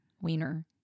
wiener